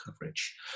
coverage